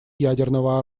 ядерного